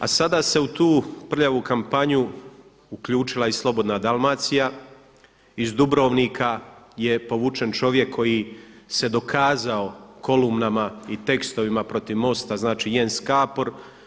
A sada se u tu prljavu kampanju uključila i Slobodna Dalmacija, iz Dubrovnika je povučen čovjek koji se dokazao kolumnama i tekstovima protiv MOST-s, znači njen skapor.